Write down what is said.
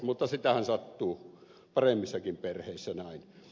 mutta sitähän sattuu paremmissakin perheissä näin